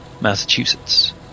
Massachusetts